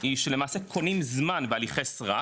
היא שלמעשה, קונים זמן בהליכי סרק,